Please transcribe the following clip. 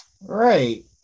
Right